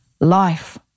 life